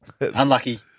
Unlucky